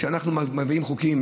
כשאנחנו מביאים חוקים,